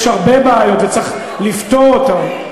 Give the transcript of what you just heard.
יש הרבה בעיות, וצריך לפתור אותן,